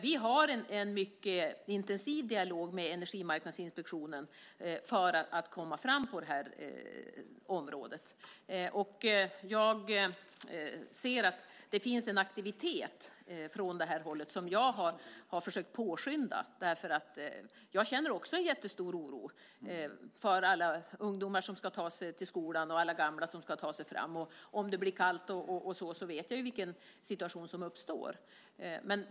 Vi har en mycket intensiv dialog med Energimarknadsinspektionen för att komma fram på det här området. Det finns en aktivitet från det hållet som jag har försökt påskynda, därför att jag känner också en jättestor oro för alla ungdomar som ska ta sig till skolan och alla gamla som ska ta sig fram. Om det blir kallt vet jag ju vilken situation som uppstår.